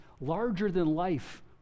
larger-than-life